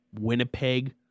Winnipeg